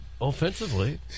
offensively